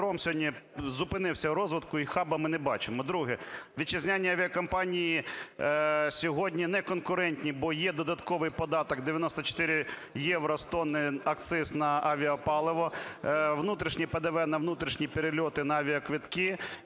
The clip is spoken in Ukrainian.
Друге. Вітчизняні авіакомпанії сьогодні неконкурентні, бо є додатковий податок 94 євро з тонни акциз на авіа-паливо, внутрішнє ПДВ на внутрішні перельоти, на авіаквитки.